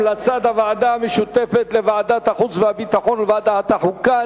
הוועדה המשותפת לוועדת החוץ והביטחון ולוועדת החוקה,